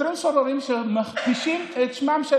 שוטרים סוררים שמכפישים את שמם של